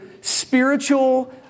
spiritual